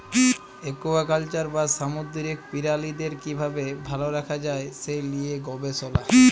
aquaculture বা সামুদ্দিরিক পিরালিদের কিভাবে ভাল রাখা যায় সে লিয়ে গবেসলা